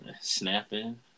snapping